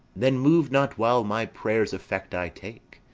then move not while my prayer's effect i take.